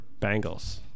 Bengals